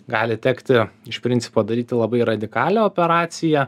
gali tekti iš principo daryti labai radikalią operaciją